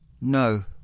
No